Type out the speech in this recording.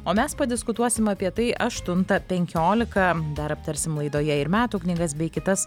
o mes padiskutuosim apie tai aštuntą penkiolika dar aptarsim laidoje ir metų knygas bei kitas